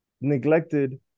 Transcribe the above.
neglected